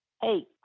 hey